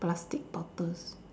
plastic bottles